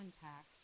contact